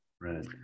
Right